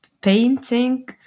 painting